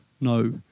no